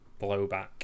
blowback